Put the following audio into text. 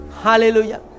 hallelujah